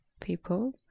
people